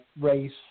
race